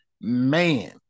man